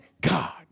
God